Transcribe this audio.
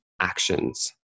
actions